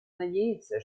надеется